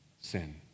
sin